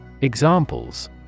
Examples